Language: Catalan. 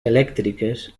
elèctriques